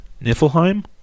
Niflheim